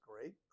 great